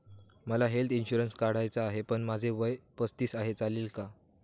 मला health insurance काढायचा आहे पण माझे वय पस्तीस आहे, चालेल का?